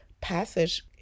passage